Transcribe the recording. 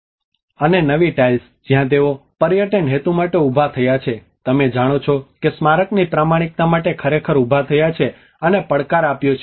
અને નવી ટાઇલ્સ જ્યાં તેઓ પર્યટન હેતુ માટે ઉભા થયા છે તમે જાણો છો કે સ્મારકની પ્રામાણિકતા માટે ખરેખર ઉભા થયા છે અને પડકાર આપ્યો છે